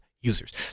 Users